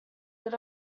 lit